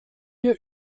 wir